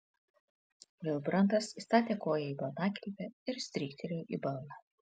vilbrantas įstatė koją į balnakilpę ir stryktelėjo į balną